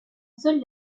seul